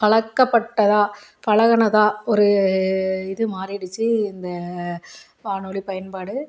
பழக்கப்பட்டதா பழகுனதா ஒரு இது மாறிடுச்சு இந்த வானொலி பயன்பாடு